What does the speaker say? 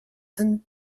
and